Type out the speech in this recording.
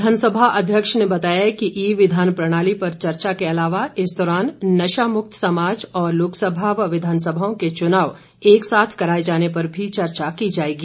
विधानसभा अध्यक्ष ने बताया कि ई विधान प्रणाली पर चर्चा के अलावा इस दौरान नशा मुक्त समाज और लोकसभा व विधानसभाओं के चुनाव एक साथ कराए जाने पर भी चर्चा की जाएगी